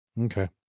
Okay